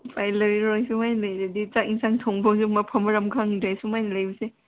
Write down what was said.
ꯎꯄꯥꯏ ꯂꯩꯔꯔꯣꯏ ꯁꯨꯃꯥꯏꯅ ꯂꯩꯔꯗꯤ ꯆꯥꯛ ꯑꯦꯟꯁꯥꯡ ꯊꯣꯡ ꯐꯥꯎꯁꯨ ꯃꯐꯝ ꯃꯔꯥꯡ ꯈꯪꯗ꯭ꯔꯦ ꯁꯨꯃꯥꯏꯅ ꯂꯩꯕꯁꯦ